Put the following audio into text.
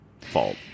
fault